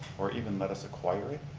or even let us acquire it.